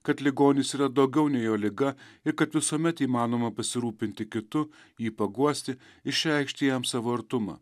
kad ligonis yra daugiau nei jo liga ir kad visuomet įmanoma pasirūpinti kitu jį paguosti išreikšti jam savo artumą